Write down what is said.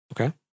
Okay